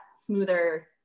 smoother